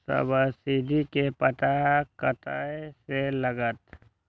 Subsidy के पता कतय से लागत?